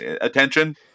attention